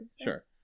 sure